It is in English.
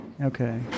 Okay